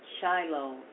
Shiloh